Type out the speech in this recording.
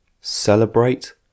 Celebrate